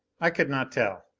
i could not tell.